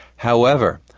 however,